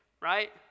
Right